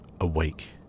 awake